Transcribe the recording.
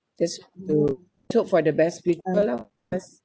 just to look for the best with people lah cause